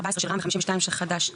14 של רע"מ ו-52 של חד"ש תע"ל.